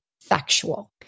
factual